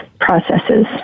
processes